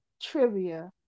trivia